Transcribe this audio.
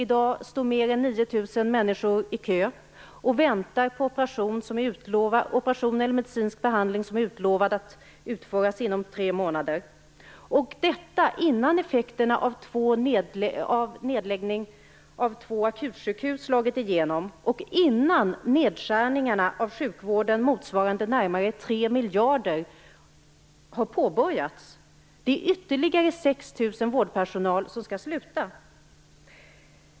I dag står mer än 9 000 människor i kö i väntan på operation eller medicinsk behandling som har utlovats att utföras inom tre månader - detta innan effekterna av nedläggningar av två akutsjukhus har slagit igenom och innan nedskärningarna inom sjukvården, motsvarande 3 miljarder kronor, har påbörjats. Det är ytterligare 6 000 vårdanställda som får sluta.